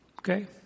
Okay